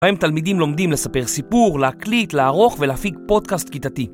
האם תלמידים לומדים לספר סיפור, להקליט, לערוך ולהפיק פודקאסט כיתתי?